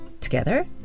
together